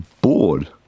bored